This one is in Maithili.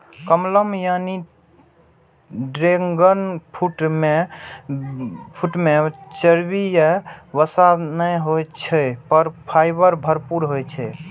कमलम यानी ड्रैगन फ्रूट मे चर्बी या वसा नै होइ छै, पर फाइबर भरपूर होइ छै